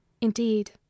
indeed